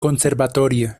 conservatorio